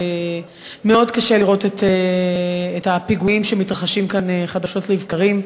ומאוד קשה לראות את הפיגועים שמתרחשים כאן חדשות לבקרים,